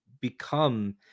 become